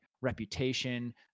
reputation